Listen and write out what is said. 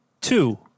Two